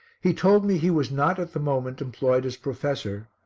he told me he was not at the moment employed as professor,